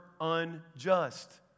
unjust